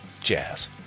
jazz